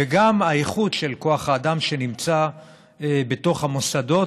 וגם האיכות של כוח האדם שנמצא בתוך המוסדות